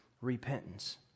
Repentance